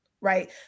right